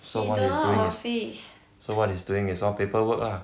so what he's doing is so what he's doing is all paperwork ah